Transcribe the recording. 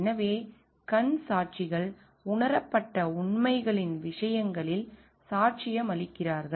எனவே கண் சாட்சிகள் உணரப்பட்ட உண்மைகளின் விஷயங்களில் சாட்சியமளிக்கிறார்கள்